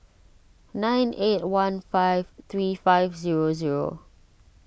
nine eight one five three five zero zero